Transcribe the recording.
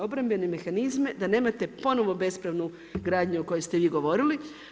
Obrambene mehanizme da nemate ponovno bespravnu gradnju o kojoj ste vi govorili.